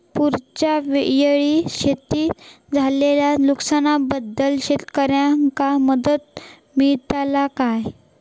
पुराच्यायेळी शेतीत झालेल्या नुकसनाबद्दल शेतकऱ्यांका मदत मिळता काय?